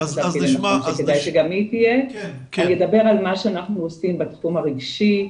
אנחנו נדבר על מה שאנחנו עושים בתחום הרגשי.